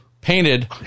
painted